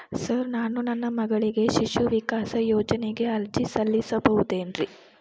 Sir ನಾನು ನನ್ನ ಮಗಳಿಗೆ ಶಿಶು ವಿಕಾಸ್ ಯೋಜನೆಗೆ ಅರ್ಜಿ ಸಲ್ಲಿಸಬಹುದೇನ್ರಿ?